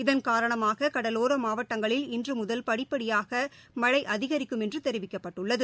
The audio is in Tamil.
இதன் காரணமாக கடலோர மாவட்டங்களில் இன்று முதல் படிப்படியாக மழை அதிகரிக்கும் என்று தெரிவிக்கப்பட்டுள்ளது